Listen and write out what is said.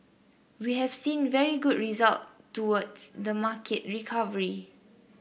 we have seen very good result towards the market recovery